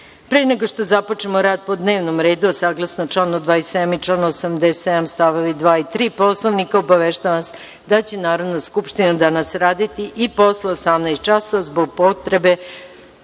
nego što započnemo rad po dnevnom redu, a saglasno članu 27. i članu 87. stavovi 2. i 3. Poslovnika, obaveštavam vas da će Narodna skupština danas raditi i posle 18,00 časova, zbog potrebe